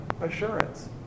assurance